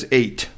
eight